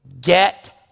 get